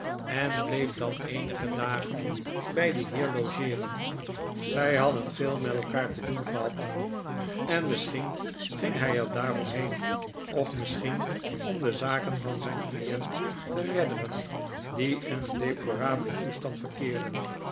en bleef dan eenige dagen bij dien heer logeeren zij hadden veel met elkaar te doen gehad en misschien ging hij er daarom heen of misschien om de zaken van zijn client te redderen die in een deplorabelen toestand verkeerden